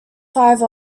five